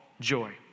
joy